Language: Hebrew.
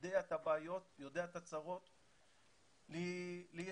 יודע את הבעיות, יודע את הצרות.